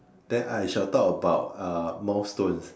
then I shall talk about uh milestones